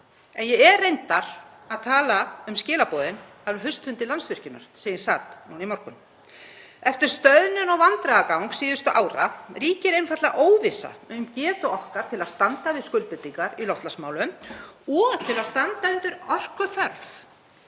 en ég er reyndar að tala um skilaboðin frá haustfundi Landsvirkjunar sem ég sat nú í morgun. Eftir stöðnun og vandræðagang síðustu ára ríkir einfaldlega óvissa um getu okkar til að standa við skuldbindingar í loftslagsmálum og til að standa undir orkuþörf